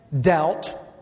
doubt